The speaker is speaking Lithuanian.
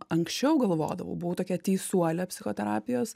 anksčiau galvodavau buvau tokia teisuolė psichoterapijos